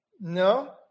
no